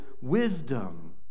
wisdom